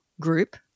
group